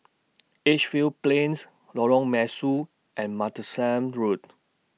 Edgefield Plains Lorong Mesu and Martlesham Road